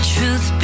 Truth